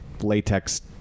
latex